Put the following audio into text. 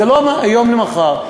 זה לא מהיום למחר,